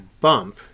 bump